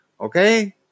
okay